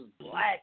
black